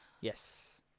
Yes